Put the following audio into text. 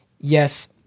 yes